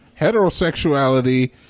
heterosexuality